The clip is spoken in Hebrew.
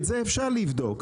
את זה אפשר לבדוק.